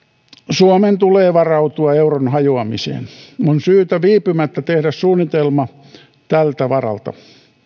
suomen tulee varautua euron hajoamiseen on syytä viipymättä tehdä suunnitelma tältä varalta